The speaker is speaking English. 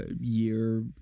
year